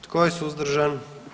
Tko je suzdržan?